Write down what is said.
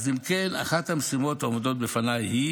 אם כן, אחת המשימות העומדות בפניי היא